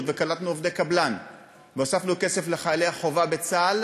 וקלטנו עובדי קבלן והוספנו כסף לחיילי החובה בצה"ל,